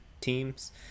teams